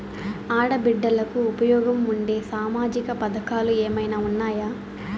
ఆడ బిడ్డలకు ఉపయోగం ఉండే సామాజిక పథకాలు ఏమైనా ఉన్నాయా?